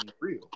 real